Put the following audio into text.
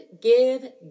give